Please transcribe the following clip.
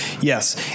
Yes